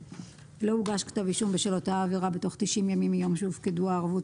לא הוגש כתב אישום בשל אותה העבירה בתוך 90 ימים מיום שהופקדו הערבות